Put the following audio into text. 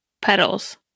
petals